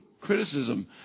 Criticism